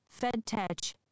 Fedtech